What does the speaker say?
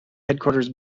headquarters